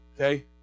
okay